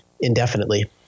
indefinitely